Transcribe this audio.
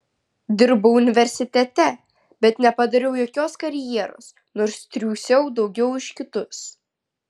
dirbau universitete bet nepadariau jokios karjeros nors triūsiau daugiau už kitus